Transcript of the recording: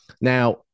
Now